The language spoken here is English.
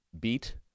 beat